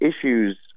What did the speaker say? issues